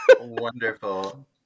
wonderful